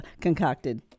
concocted